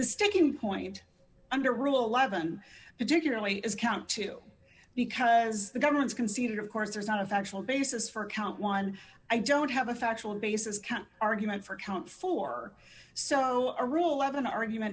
sticking point under rule eleven particularly is count two because the government's conceded of course there's not a factual basis for count one i don't have a factual basis count argument for count four so a rule of an argument